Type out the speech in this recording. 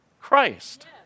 Christ